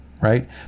right